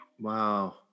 Wow